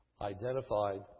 identified